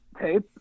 tape